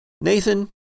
Nathan